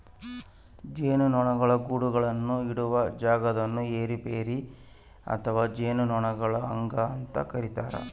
ಜೇನುನೊಣಗಳ ಗೂಡುಗಳನ್ನು ಇಡುವ ಜಾಗವನ್ನು ಏಪಿಯರಿ ಅಥವಾ ಜೇನುನೊಣಗಳ ಅಂಗಳ ಅಂತ ಕರೀತಾರ